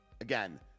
Again